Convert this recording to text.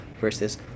versus